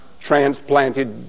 transplanted